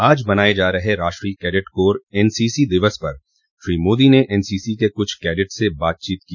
आज मनाये जा रहे राष्ट्रीय कैडेट कोर एनसीसी दिवस पर श्री मोदी ने एनसीसी के कृछ कैडेट से बातचीत की